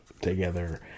together